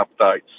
updates